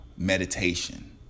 meditation